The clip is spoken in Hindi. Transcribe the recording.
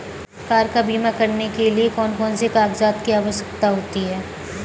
कार का बीमा करने के लिए कौन कौन से कागजात की आवश्यकता होती है?